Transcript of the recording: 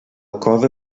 coda